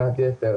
שנת יתר,